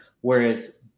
Whereas